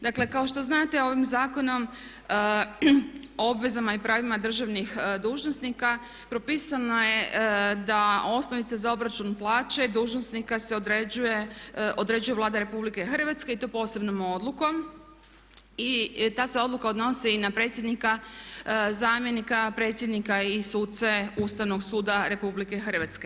Dakle kao što znate ovim Zakonom o obvezama i pravima državnih dužnosnika propisano je da osnovica za obračun plaće dužnosnika određuje Vlada RH i to posebnom odlukom i ta se odluka odnosi i na predsjednika, zamjenika predsjednika i suce Ustavnog suda RH.